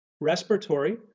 respiratory